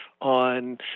on